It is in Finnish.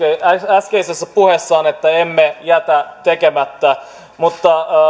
äskeisessä puheessaan että emme jätä tekemättä mutta